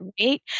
right